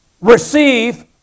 receive